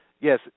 Yes